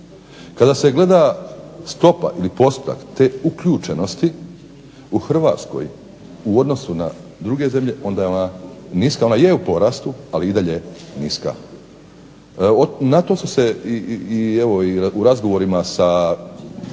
Kada se stopa ili postotak te uključenosti u HRvatskoj u odnosu na druge zemlje onda je onda niska, ona je u porastu ali je i dalje niska. Na to su se i u razgovorima sa Centrom